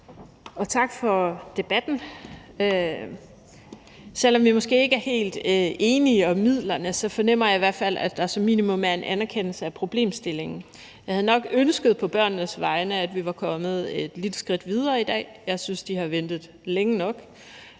og tak for debatten. Selv om vi måske ikke er helt enige om midlerne, fornemmer jeg i hvert fald, at der som minimum er en anerkendelse af problemstillingen. Jeg havde nok ønsket på børnenes vegne, at vi var kommet et lille skridt videre i dag. Jeg synes, at de har ventet længe nok,